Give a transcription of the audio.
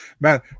man